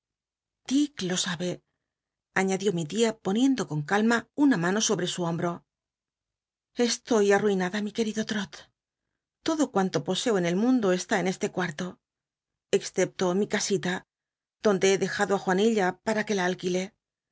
lo sa be añadió mi tia poniendo con calma una mano sobre su hombro estoy arruinada mi querido trot todo cuanto poseo en el mundo to excepto mi casita donde he dejado ti j uanilla para que la alquile